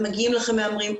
מגיעים אליכם מהמרים,